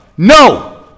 No